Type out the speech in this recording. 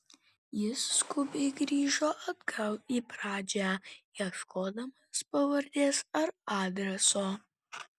jis skubiai grįžo atgal į pradžią ieškodamas pavardės ar adreso